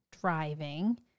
driving